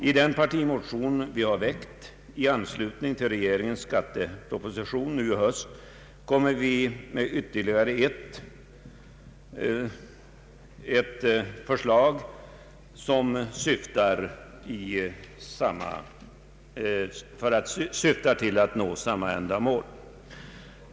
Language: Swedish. I den partimotion vi nu i höst har väckt i anslutning till regeringens skatteproposition lägger vi fram ytterligare ett förslag, som syftar till att nå samma mål.